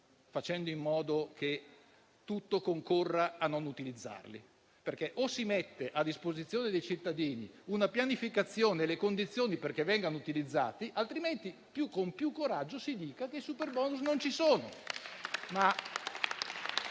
facendo in modo che tutto concorra a non utilizzarlo. Infatti, o si mette a disposizione dei cittadini una pianificazione, con le condizioni affinché venga utilizzato, altrimenti con più coraggio si dica che il superbonus non c'è.